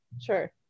Sure